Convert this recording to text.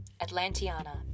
Atlantiana